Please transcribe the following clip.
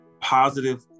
positive